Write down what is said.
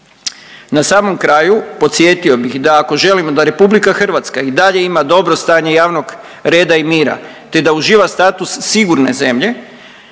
Na samom kraju podsjetio bih da ako želimo da Republika Hrvatska i dalje ima dobro stanje javnog reda i mira, te da uživa status sigurne zemlje